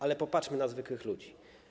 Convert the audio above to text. Ale popatrzmy na zwykłych ludzi.